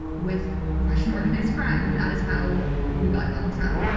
with russian organized crime. and that is how we got donald trump.